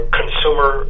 consumer